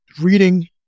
reading